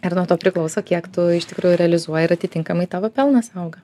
ir nuo to priklauso kiek tu iš tikrųjų realizuoji ir atitinkamai tavo pelnas auga